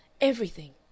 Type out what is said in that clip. everything